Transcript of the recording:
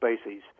species